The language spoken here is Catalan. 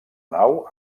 nau